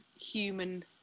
human